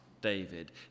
David